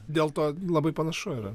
dėl to labai panašu yra